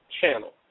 Channel